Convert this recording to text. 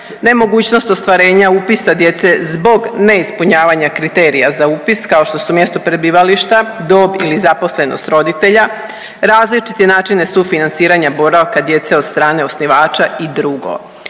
nemogućnost ostvarenja upisa djece zbog neispunjavanja kriterija za upis kao što su mjesto prebivališta, dob ili zaposlenost roditelja, različite načine sufinanciranja boravka djece od strane osnivača i drugo.